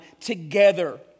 Together